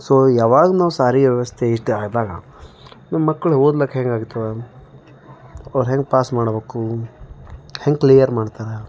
so ಯಾವಾಗ ನಾವು ಸಾರಿಗೆ ವ್ಯವಸ್ಥೆ ಇದು ಆದಾಗ ನಮ್ಮ ಮಕ್ಕಳು ಓದ್ಲಿಕ್ ಹೇಗೆ ಆಗ್ತದ ಅವರು ಹೇಗೆ ಪಾಸ್ ಮಾಡಬೇಕು ಹೇಗೆ ಕ್ಲಿಯರ್ ಮಾಡ್ತಾರೆ